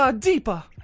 ah deeper!